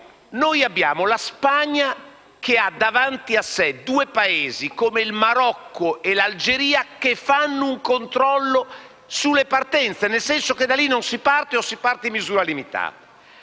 abbiamo la Spagna che ha davanti a sé due Paesi, come il Marocco e l'Algeria, che fanno un controllo sulle partenze, nel senso che da lì non si parte o si parte in misura limitata.